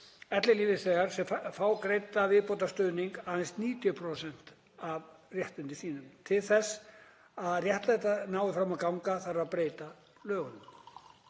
ellilífeyrisþegar sem fá greiddan viðbótarstuðning aðeins 90% af réttindum sínum. Til þess að réttlætið nái fram að ganga þarf að breyta lögunum.